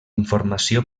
informació